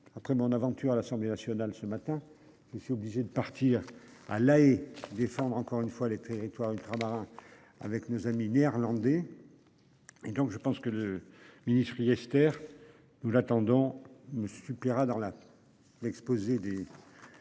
Après mon aventure à l'Assemblée nationale ce matin. Je suis obligé de partir à La Haye défendre encore une fois les territoires ultramarins avec nos amis néerlandais. Et donc je pense que le ministre il Hechter nous l'attendons me suis plaira dans la. L'exposé des.